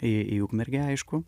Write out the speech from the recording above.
į į ukmergę aišku